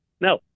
no